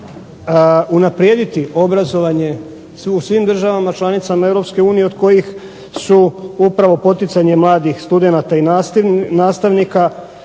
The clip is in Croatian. unaprijediti obrazovanje u svim državama članicama Europske unije od kojih su upravo poticanje mladih studenata i nastavnika